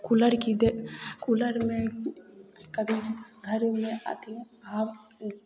cooler की कूलरमे कभी घरमे अथी